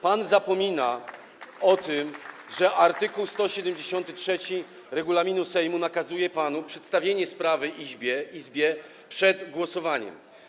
Pan zapomina o tym, że art. 173 regulaminu Sejmu nakazuje panu przedstawienie sprawy Izbie przed głosowaniem.